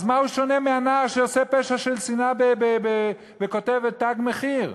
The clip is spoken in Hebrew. אז במה הוא שונה מהנער שעושה פשע של שנאה וכותב "תג מחיר"?